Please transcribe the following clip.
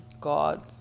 God